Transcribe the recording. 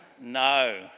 No